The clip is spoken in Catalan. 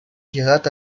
lligat